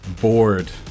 bored